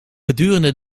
gedurende